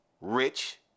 Rich